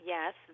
Yes